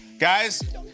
Guys